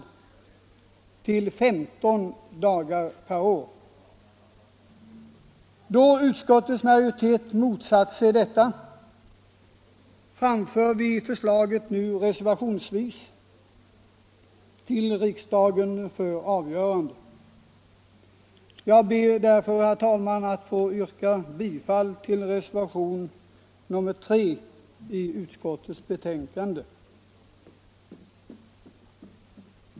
Vi har nöjt oss med det. Det kommer förslag redan i år i många av dessa frågor, och därför har vi godtagit utskottets förslag.